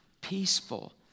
peaceful